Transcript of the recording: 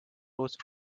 rose